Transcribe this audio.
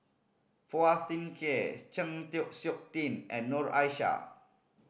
Phua Thin Kiay Chng Seok Tin and Noor Aishah